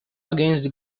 against